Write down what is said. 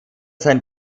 sein